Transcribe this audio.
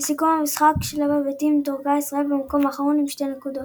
בסיכום משחקי שלב הבתים דורגה ישראל במקום האחרון עם 2 נקודות.